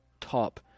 top